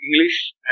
English